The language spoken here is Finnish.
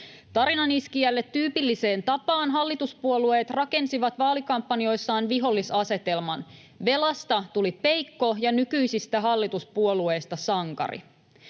Tarinaniskijälle tyypilliseen tapaan hallituspuolueet rakensivat vaalikampanjoissaan vihollisasetelman. Velasta tuli peikko ja nykyisistä hallituspuolueista sankari.